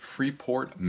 Freeport